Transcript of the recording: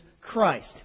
Christ